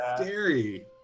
scary